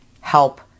help